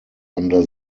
under